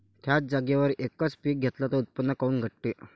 थ्याच जागेवर यकच पीक घेतलं त उत्पन्न काऊन घटते?